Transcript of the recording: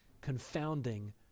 confounding